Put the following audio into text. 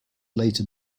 later